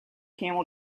camel